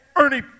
Ernie